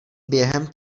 během